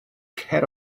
cer